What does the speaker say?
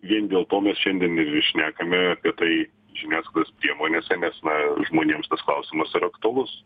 vien dėl to mes šiandien ir šnekame apie tai žiniasklaidos priemonėse nes na žmonėms tas klausimas yra aktualus